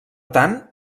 tant